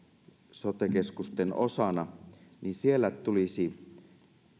sote keskusten osana niin siellä tulisi